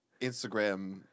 Instagram